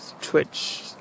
Twitch